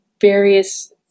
Various